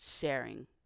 sharing